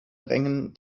rängen